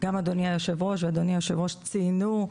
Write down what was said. אדוני יושב הראש ואדוני יושב הראש ציינו,